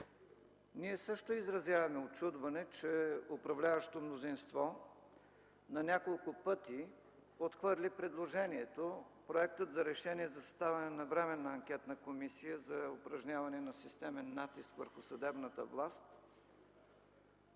ние също изразяваме учудване, че управляващото мнозинство на няколко пъти не подкрепи и отхвърли предложението Проектът за решение за съставяне на Временна анкетна комисия за упражняване на системен натиск върху съдебната власт.